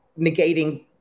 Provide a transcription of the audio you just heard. negating